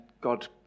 God